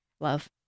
love